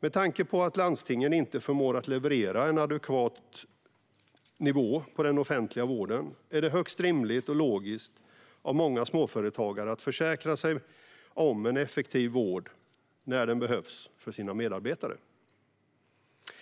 Med tanke på att landstingen inte förmår att leverera en adekvat nivå på den offentliga vården är det högst rimligt och logiskt av många småföretagare att försäkra sig om en effektiv vård för sina medarbetare när den behövs.